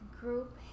group